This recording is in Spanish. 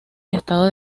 estado